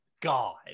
god